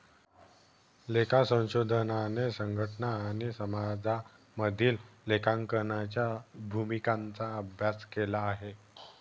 लेखा संशोधनाने संघटना आणि समाजामधील लेखांकनाच्या भूमिकांचा अभ्यास केला आहे